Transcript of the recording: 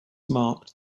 marked